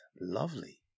Lovely